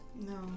No